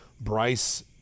bryce